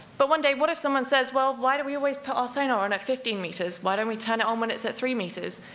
but one day, what if someone says, well, why do we always put our sonar on at fifteen meters? why don't we turn it on when it's at three meters?